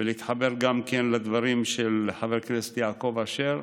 ולהתחבר גם כן לדברים של חבר הכנסת יעקב אשר,